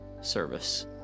service